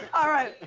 alright,